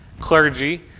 clergy